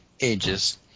ages